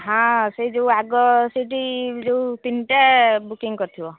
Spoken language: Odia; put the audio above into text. ହଁ ସେଇ ଯେଉଁ ଆଗ ସେଇଠି ଯେଉଁ ତିନିଟା ବୁକିଂ କରିଥିବ